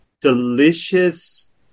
delicious